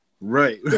Right